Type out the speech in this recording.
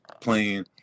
playing